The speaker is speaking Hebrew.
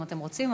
אם אתם רוצים,